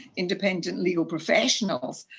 independent legal professionals,